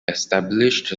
established